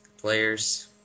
Players